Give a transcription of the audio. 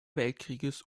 weltkrieges